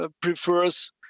prefers